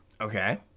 Okay